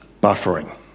buffering